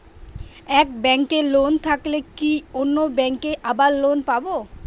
এক ব্যাঙ্কে লোন থাকলে কি অন্য ব্যাঙ্কে আবার লোন পাব?